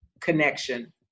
connection